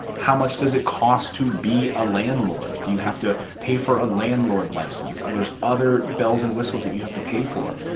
how much does it cost to be a landlord? do you have to pay for a landlord license? are there other bells and whistles that you have to pay for?